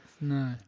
no